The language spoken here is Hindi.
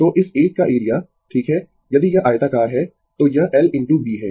तो इस एक का एरिया ठीक है यदि यह आयताकार है तो यह l इनटू b है